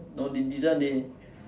no they didn't they